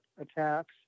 attacks